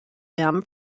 them